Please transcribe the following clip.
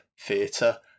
theatre